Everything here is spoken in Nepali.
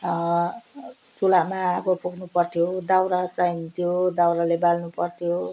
चुल्हामा आगो फुक्नु पर्थ्यो दाउरा चाहिन्थ्यो दाउराले बाल्नु पर्थ्यो